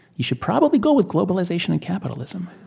you should probably go with globalization and capitalism